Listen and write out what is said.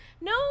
no